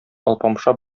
алпамша